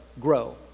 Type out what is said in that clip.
grow